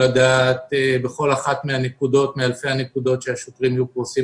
הדעת בכל אחת מאלפי הנקודות שהשוטרים יהיו פרוסים